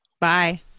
Bye